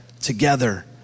Together